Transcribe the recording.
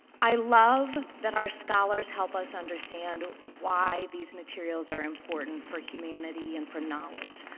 i love that our scholars help us understand why these materials are important for humanity and for knowledge.